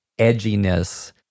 edginess